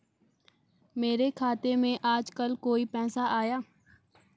मेरे खाते में आजकल कोई पैसा आया?